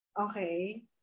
Okay